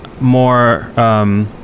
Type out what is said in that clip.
more